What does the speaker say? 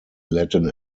latin